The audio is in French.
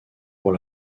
pour